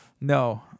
No